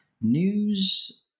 news